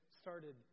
started